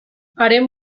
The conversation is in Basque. haren